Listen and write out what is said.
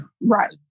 right